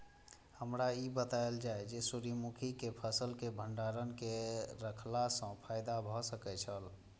हमरा ई बतायल जाए जे सूर्य मुखी केय फसल केय भंडारण केय के रखला सं फायदा भ सकेय छल?